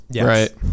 Right